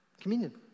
Communion